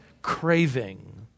Craving